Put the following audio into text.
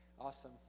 Awesome